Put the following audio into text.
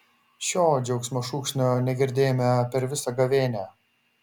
šio džiaugsmo šūksnio negirdėjome per visą gavėnią